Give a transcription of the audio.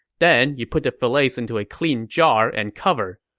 then, you put the fillets into a clean jar and cover.